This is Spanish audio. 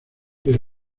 pero